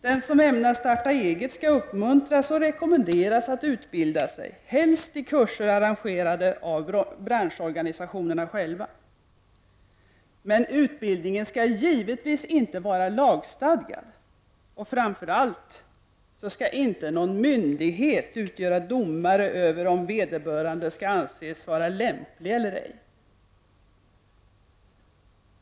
Den som ämnar starta eget skall uppmuntras och rekommenderas att utbilda sig, helst i kurser arrangerade av branschorganisationerna själva. Men utbildningen skall givetvis inte vara lagstadgad, och framför allt skall inte någon myndighet vara domare över om vederbörande skall anses vara lämplig eller ej.